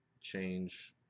change